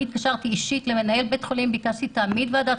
אני התקשרתי אישית למנהל בית חולים וביקשתי להקים ועדת